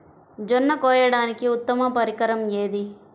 జొన్న కోయడానికి ఉత్తమ పరికరం ఏది?